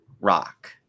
rock